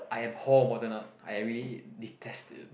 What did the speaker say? I abhor modern art I really detest it